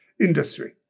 industry